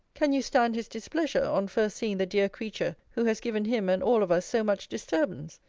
can you stand his displeasure, on first seeing the dear creature who has given him and all of us so much disturbance?